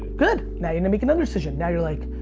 good, now you're gonna make another decision. now you're like,